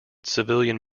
civilian